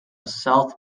south